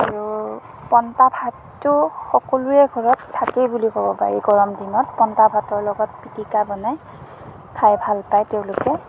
আৰু পন্তা ভাতটো সকলোৰে ঘৰত থাকেই বুলি ক'ব পাৰি গৰম দিনত পন্তা ভাতৰ লগত পিটিকা বনাই খাই ভাল পায় তেওঁলোকে